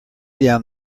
down